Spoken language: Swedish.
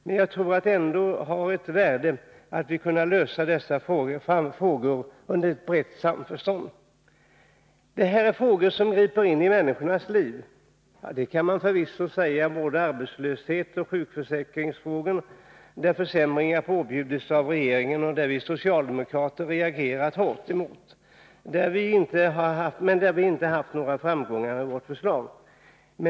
Men jag tror att det ändå har ett värde att vi kunnat lösa dessa frågor i ett brett samförstånd. Detta är frågor som griper in i människornas liv. Detsamma kan förvisso sägas om både arbetslöshetsoch sjukförsäkringen. Där har försämringar påbjudits av regeringen som vi socialdemokrater reagerat hårt emot, men vi har inte haft någon framgång där med våra förslag.